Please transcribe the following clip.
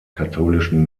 katholischen